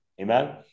Amen